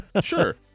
Sure